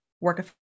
work